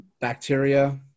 Bacteria